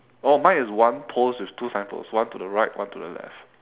oh mine is one post with two signpost one to the right one to the left